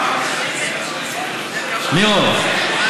מי עוד?